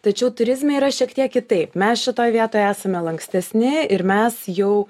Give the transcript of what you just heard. tačiau turizme yra šiek tiek kitaip mes šitoj vietoj esame lankstesni ir mes jau